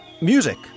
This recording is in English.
music